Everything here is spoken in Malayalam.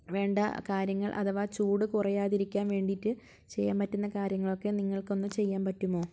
വേണ്ട കാര്യങ്ങൾ അഥവാ ചൂട് കുറയാതിരിക്കാൻ വേണ്ടീട്ട് ചെയ്യാൻ പറ്റുന്ന കാര്യങ്ങളൊക്കെ നിങ്ങൾക്കൊന്നു ചെയ്യാൻ പറ്റുമോ